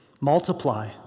Multiply